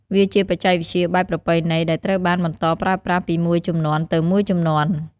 វាជាបច្ចេកវិទ្យាបែបប្រពៃណីដែលត្រូវបានបន្តប្រើប្រាស់ពីមួយជំនាន់ទៅមួយជំនាន់។